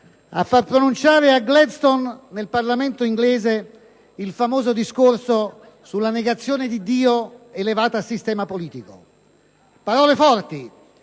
a far pronunciare a Gladstone nel Parlamento inglese il famoso discorso sulla negazione di Dio elevata a sistema politico. Parole forti,